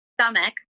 stomach